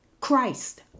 Christ